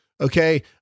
Okay